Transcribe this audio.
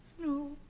No